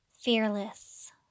Fearless